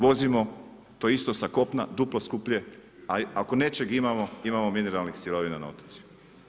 Vozimo to isto sa kopna duplo skuplje, ako nečeg imamo, imamo mineralnih sirovina na otocima.